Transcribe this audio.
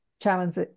challenge